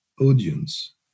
audience